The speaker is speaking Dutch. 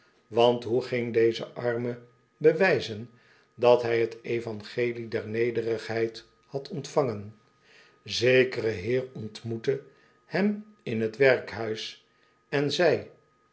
want hoe ging deze arme bewijzen dat hij t evangelie der nederigheid had ontvangen zekere heer ontmoette hem in t werkhuis en zei